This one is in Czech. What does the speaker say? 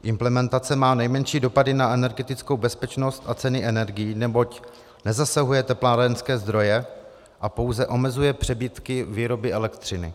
Implementace má nejmenší dopady na energetickou bezpečnost a ceny energií, neboť nezasahuje teplárenské zdroje a pouze omezuje přebytky výroby elektřiny.